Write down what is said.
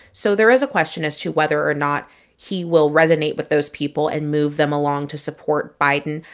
so there is a question as to whether or not he will resonate with those people and move them along to support biden.